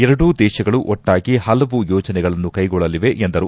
ಎರಡೂ ದೇಶಗಳು ಒಟ್ನಾಗಿ ಪಲವು ಯೋಜನೆಗಳನ್ನು ಕೈಗೊಳ್ಳಲಿವೆ ಎಂದರು